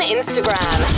Instagram